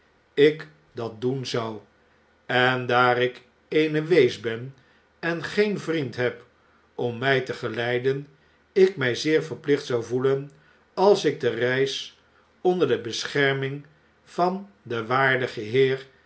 ik dat doen zou en daar ik eene wees ben en geen vriend heb om my te geleiden ik my zeer verplicht zou gevoelen als ik de reis onder de bescherming van den waardigen heer